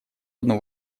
одну